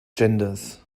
genders